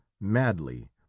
madly